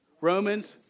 Romans